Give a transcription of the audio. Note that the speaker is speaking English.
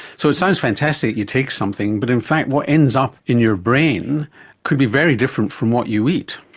so it sounds fantastic, you take something, but in fact what ends up in your brain could be very different from what you eat.